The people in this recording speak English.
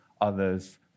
others